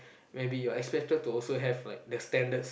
maybe you are expected to also have like the standards